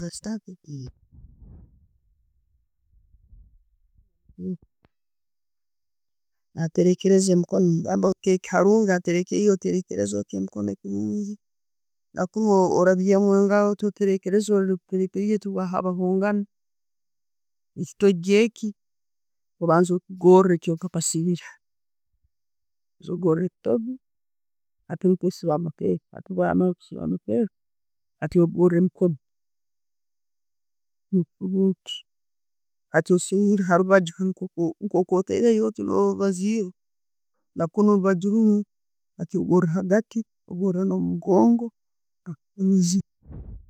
naterekereza emikoono namugamba oteke harungi haterekereire oterekereze otti emikono kurungi hakuba orabyamu engaro otti, oterekereze oruterekerire towahabangana. Ekitogi eki obanze okigore, obanze ogore ekitogi hati nubwo osibe amapeesa. Hati bworamara kusiiba amapeesa, hati ogore ekitogi, hati osure oti harubajju nko ko tereyo otti no'rubaziira, na'kunu harubaju runno, ogore hagatti, ogore no'mumugongo.